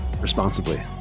responsibly